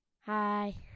Hi